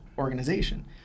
organization